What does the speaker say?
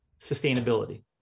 Sustainability